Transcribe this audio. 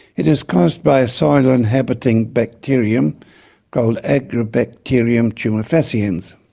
it is caused by a soil-inhabiting bacterium called agrobacterium tumefaciens.